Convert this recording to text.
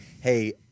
hey